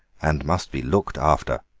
and must be looked after.